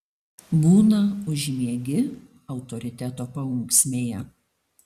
būna užmiegi autoriteto paunksmėje